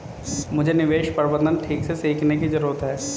मुझे निवेश प्रबंधन ठीक से सीखने की जरूरत है